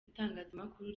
itangazamakuru